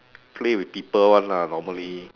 play with people [one] lah normally